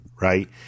Right